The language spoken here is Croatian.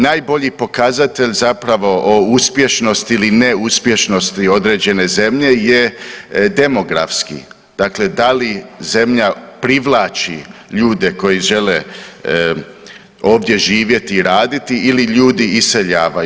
Najbolji pokazatelj zapravo o uspješnosti ili neuspješnosti određene zemlje je demografski, dakle da li zemlja privlači ljude koji žele ovdje živjeti i raditi ili ljudi iseljavaju.